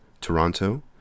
Toronto